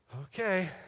Okay